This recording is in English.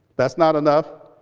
that's not enough.